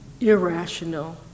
irrational